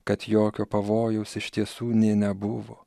kad jokio pavojaus iš tiesų nė nebuvo